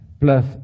plus